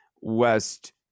West